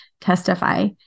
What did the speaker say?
testify